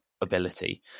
ability